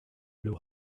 blew